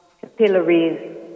capillaries